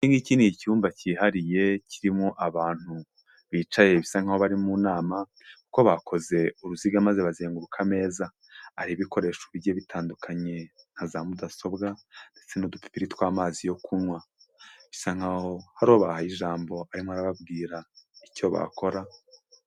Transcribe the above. Iki ngiki ni icyumba kihariye kirimo abantu bicaye bisa nkaho bari mu nama, kuko bakoze uruziga maze bazenguruka ameza; hari ibikoresho bigiye bitandukanye nka za mudasobwa ndetse n'udupipiri tw'amazi yo kunywa, bisa nk'aho hari uwo bahaye ijambo arimo arababwira icyo bakora...